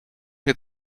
mir